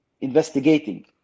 investigating